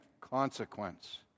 consequence